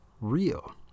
real